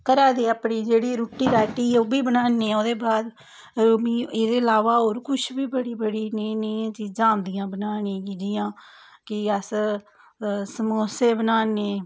घरा दी अपनी जेह्ड़ी रूट्टी रूटटी ओहब्बी बनान्नी आं ओह्दे बाद मीं एहदे अलावा मीं होर कुछ बी बड़ी बड़ी नेहियां चीजां आंदियां बनाने गी जियां कि अस्स समोसे बनान्ने